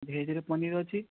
ଭେଜରେ ପନିର୍ ଅଛି